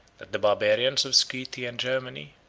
that the barbarians of scythia and germany,